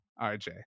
RJ